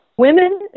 Women